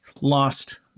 Lost